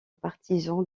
partisan